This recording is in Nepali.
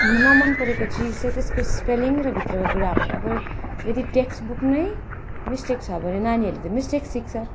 नमनपरेको चिज चाहिँ त्यसको स्पेलिङ र भित्रको ग्रामर अब यदि टेक्स्ट बुक नै मिस्टेक छ भने नानीहरूले त मिस्टेक सिक्छ